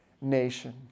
nation